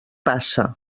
passa